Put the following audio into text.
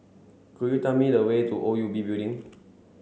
could you tell me the way to O U B Building